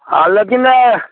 हालाँकि नहि